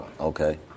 okay